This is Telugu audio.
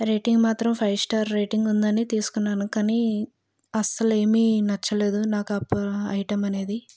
రేటింగ్ మాత్రం ఫైవ్ స్టార్ రేటింగ్ ఉందని తీసుకున్నాను కానీ అస్సలు ఏమీ నచ్చలేదు నాకు ఆ ప్రో ఐటమ్ అనేది